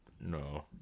No